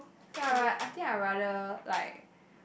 I ra~ I think I rather like